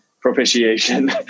propitiation